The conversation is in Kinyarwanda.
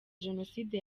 jenoside